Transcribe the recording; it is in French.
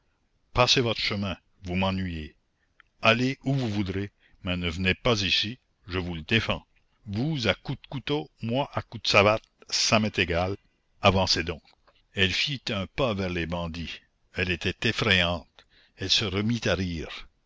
passez votre chemin vous m'ennuyez allez où vous voudrez mais ne venez pas ici je vous le défends vous à coups de couteau moi à coups de savate ça m'est égal avancez donc elle fit un pas vers les bandits elle était effrayante elle se remit à rire